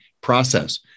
process